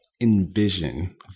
Envision